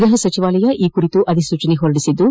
ಗ್ನಹ ಸಚಿವಾಲಯ ಈ ಕುರಿತು ಅಧಿಸೂಚನೆಯನ್ನು ಹೊರಡಿಸಿದ್ದು